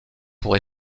pour